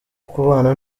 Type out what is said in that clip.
kubana